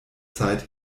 zeit